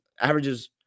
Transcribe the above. averages